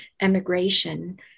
emigration